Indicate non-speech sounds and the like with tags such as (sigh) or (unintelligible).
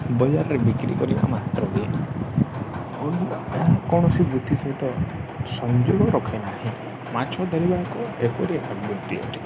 ବଜାରରେ ବିକ୍ରି କରିବା ମାତ୍ରକେ (unintelligible) ଏହା କୌଣସି ବୃତ୍ତି ସହିତ ସଂଯୋଗ ରଖେ ନାହିଁ ମାଛ ଧରିବାଙ୍କୁ ଏକପରି ଏକ ବୃତ୍ତି ଅଟେ